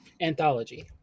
anthology